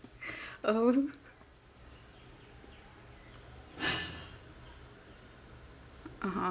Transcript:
oh (uh huh)